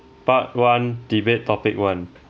part one debate topic one